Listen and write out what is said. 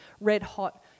red-hot